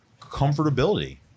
comfortability